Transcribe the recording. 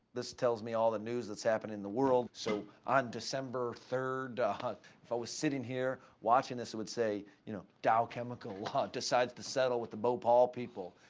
this tells me all the news that's happening in the world. so on december third, if i was sitting here watching this, it would say, you know, dow chemical ah decides to settle with the bhopal people.